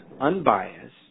unbiased